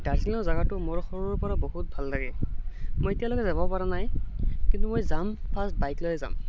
দাৰ্জিলিঙৰ জেগাটো মোৰ সৰুৰেপৰা বহুত ভাল লাগে মই এতিয়ালৈকে যাব পৰা নাই কিন্তু মই যাম ফাষ্ট বাইক লৈয়ে যাম